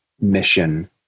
mission